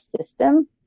system